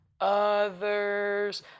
others